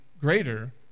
greater